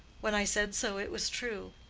when i said so it was true.